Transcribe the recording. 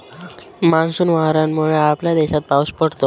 monsoon वाऱ्यांमुळे आपल्या देशात पाऊस पडतो